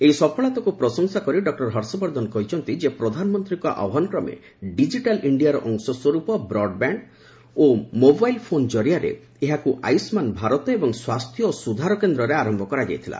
ଏହି ସଫଳତାକୁ ପ୍ରଶଂସା କରି ଡକ୍ଲର ହର୍ଷବର୍ଦ୍ଧନ କହିଛନ୍ତି ଯେ ପ୍ରଧାନମନ୍ତ୍ରୀଙ୍କ ଆହ୍ୱାନ କ୍ରମେ ଡିଜିଟାଲ୍ ଇଣ୍ଡିଆର ଅଂଶ ସ୍ୱର୍ପ ବ୍ରଡ୍ବ୍ୟାଣ୍ଡ ଓ ମୋବାଇଲ୍ ଫୋନ୍ ଜରିଆରେ ଏହାକୁ ଆୟୁଷ୍ମାନ ଭାରତ ଏବଂ ସ୍ୱାସ୍ଥ୍ୟ ଓ ସୁଧାର କେନ୍ଦ୍ରରେ ଆରମ୍ଭ କରାଯାଇଥିଲା